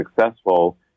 successful